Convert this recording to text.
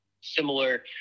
similar